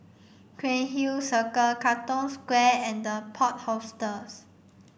Cairnhill Circle Katong Square and The Plot Hostels